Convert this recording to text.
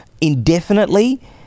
indefinitely